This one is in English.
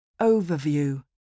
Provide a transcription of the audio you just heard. overview